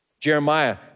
Jeremiah